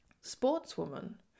sportswoman